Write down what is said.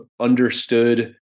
understood